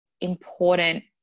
important